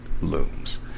looms